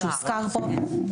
שהוזכר פה,